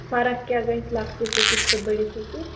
فرق کیٛاہ گژھِ لَکٹِس أکِس تہٕ بٔڈِس أکِس